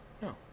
No